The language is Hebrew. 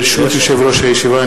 ברשות יושב-ראש הישיבה,